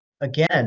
again